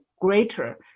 greater